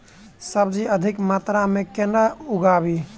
सब्जी अधिक मात्रा मे केना उगाबी?